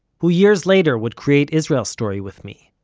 who years later would create israel story with me.